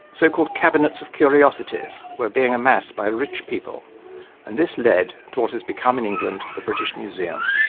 so-called cabinets of curiosities were being amassed by rich people and this led to what has become in england the british museum.